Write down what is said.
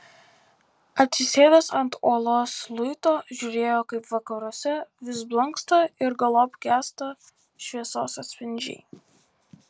atsisėdęs ant uolos luito žiūrėjo kaip vakaruose vis blanksta ir galop gęsta šviesos atspindžiai